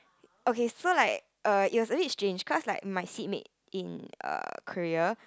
okay so like err it was a bit strange cause like my seat mate in err Korea